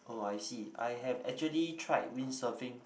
oh I see I have actually tried windsurfing